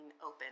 open